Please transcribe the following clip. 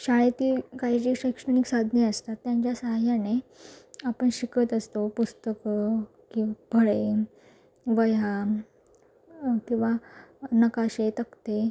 शाळेतील काही जी शैक्षणिक साधने असतात त्यांच्या सहाय्याने आपण शिकत असतो पुस्तकं किंवा फळे वह्या किंवा नकाशे तक्ते